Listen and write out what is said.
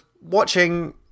watching